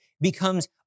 becomes